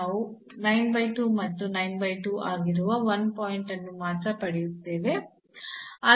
ನಾವು 92 ಮತ್ತು 92 ಆಗಿರುವ 1 ಪಾಯಿಂಟ್ ಅನ್ನು ಮಾತ್ರ ಪಡೆಯುತ್ತೇವೆ